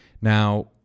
Now